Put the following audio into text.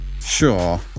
Sure